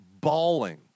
bawling